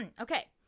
okay